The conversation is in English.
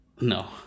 No